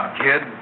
kid